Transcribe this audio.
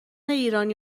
ایرانی